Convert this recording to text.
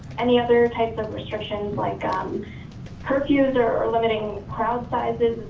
any other type of restrictions like um curfews or or limiting crowd sizes?